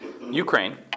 Ukraine